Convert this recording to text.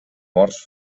morts